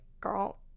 girl